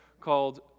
called